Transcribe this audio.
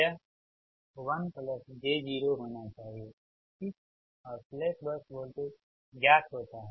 यह 1 j 0 होना चाहिए ठीक और स्लैक बस वोल्टेज ज्ञात होता